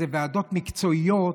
אלו ועדות מקצועיות.